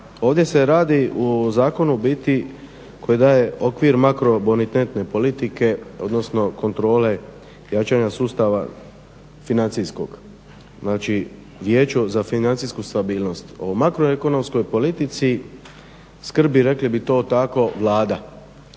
Ovdje se radi o zakonu u biti koji daje okvir makrobonitetne politike odnosno kontrole jačanja sustava financijskog. Znači Vijeće za financijsku stabilnost o makroekonomskoj politici skrbi rekli bi to tako Vlada,